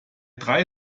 drei